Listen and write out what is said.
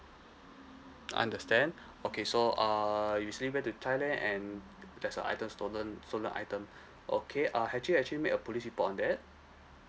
understand okay so err you recently went to thailand and there's a item stolen stolen item okay uh had you actually make a police report on that